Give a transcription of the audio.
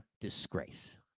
disgrace